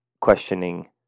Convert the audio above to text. questioning